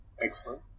excellent